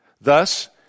Thus